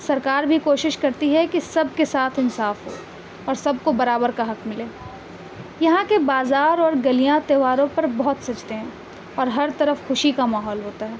سرکار بھی کوشش کرتی ہے کہ سب کے ساتھ انصاف ہو اور سب کو برابر کا حک ملے یہاں کے بازار اور گلیاں تہواروں پر بہت سجتے ہیں اور ہر طرف خوشی کا ماحول ہوتا ہے